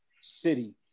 city